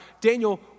Daniel